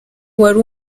wari